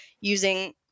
using